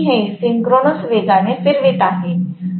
परंतु मी हे सिंक्रोनस वेगाने फिरवित आहे